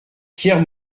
pierre